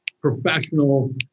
professional